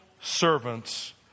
servants